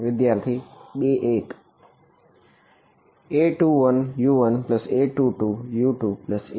વિદ્યાર્થી 2 1